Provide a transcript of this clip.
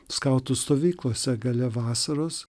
skautų stovyklose gale vasaros